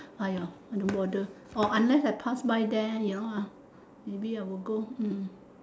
!aiya! I don't bother or unless I pass by there you know ah maybe I will go hmm